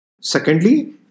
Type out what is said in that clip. Secondly